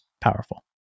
powerful